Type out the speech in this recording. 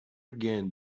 again